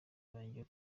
banjye